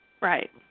Right